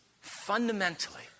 fundamentally